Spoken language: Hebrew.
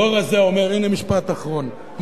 משפט אחרון.